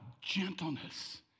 gentleness